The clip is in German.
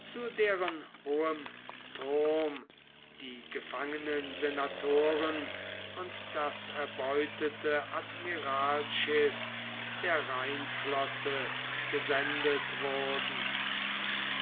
zu deren hohem turm die gefangenen senatoren und das erbeutete admiralschiff der rheinflotte gesendet wurden